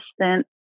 assistant